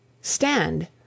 Stand